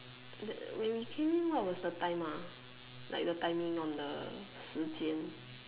that when we came in what is the time ah like the timing on the 时间